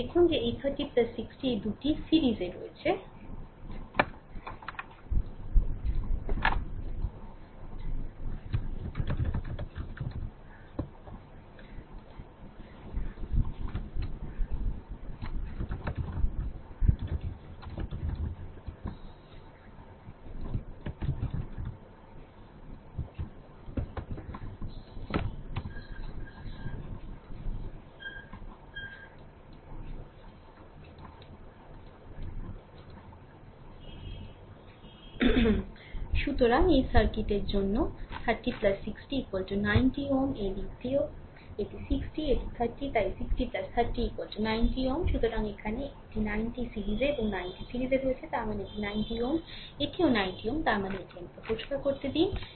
এখন দেখুন যে এই 30 60 এই দুটি সিরিজে ভাবে রয়েছে সুতরাং এই সার্কিটের জন্য 30 60 90 Ω এই দিকটিও এটি 60 এটি 30 তাই 60 30 90 Ω Ω সুতরাং এখানে এটি 90 সিরিজে এবং 90 সিরিজে রয়েছে তার মানে এটি 90 Ω এটিও 90 Ω তার মানে আমাকে এটি পরিষ্কার করতে দিন